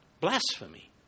Blasphemy